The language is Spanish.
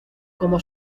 como